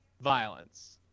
violence